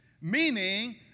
meaning